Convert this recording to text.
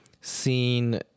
seen